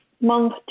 Month